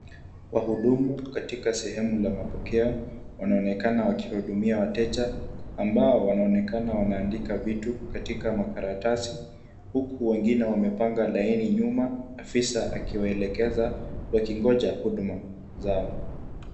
Wahudumu katika sehemu la kupokea wanaonekana wakiwahudumia wateja ambao wanaonekana wanaandika vitu katika makaratasi huku wengine wamepanga laini nyuma afisa akiwaelekeza wakingonja huduma zao.